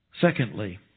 Secondly